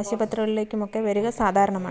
ആശുപത്രികളിലേക്കും ഒക്കെ വരിക സാധാരണമാണ്